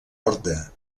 orde